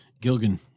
Gilgan